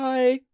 Bye